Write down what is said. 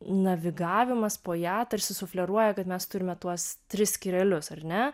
navigavimas po ją tarsi sufleruoja kad mes turime tuos tris skyrelius ar ne